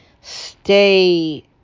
stay